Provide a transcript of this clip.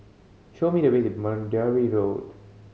show me the way to Boundary Road